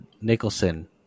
Nicholson